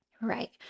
Right